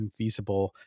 infeasible